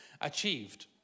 achieved